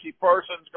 person's